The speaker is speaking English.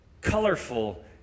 colorful